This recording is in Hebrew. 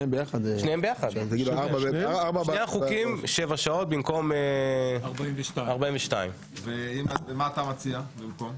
לשני החוקים שבע שעות במקום 42. ומה אתה מציע במקום?